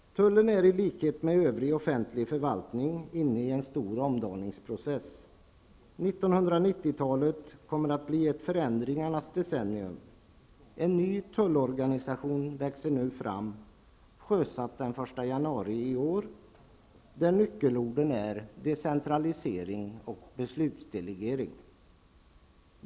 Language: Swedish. Tullen är i likhet med övrig offentlig förvaltning inne i en stor omdaningsprocess. 1990-talet kommer att bli ett förändringarnas decennium. En ny tullorganisation växer fram, sjösatt den 1 januari i år, där nyckelorden är decentralisering och beslutsdelegering.